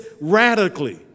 radically